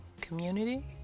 community